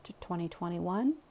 2021